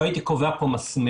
לא הייתי קובע כאן מסמרות,